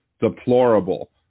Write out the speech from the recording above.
deplorable